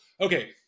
okay